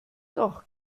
doch